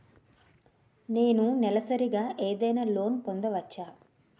నేను నెలసరిగా ఏదైనా లోన్ పొందవచ్చా?